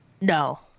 No